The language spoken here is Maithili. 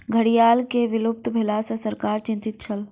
घड़ियाल के विलुप्त भेला सॅ सरकार चिंतित छल